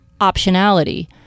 optionality